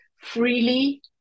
freely